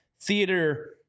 theater